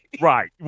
Right